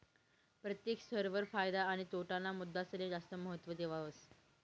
प्रत्येक स्तर वर फायदा आणि तोटा ना मुद्दासले जास्त महत्व देवावस